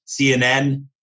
CNN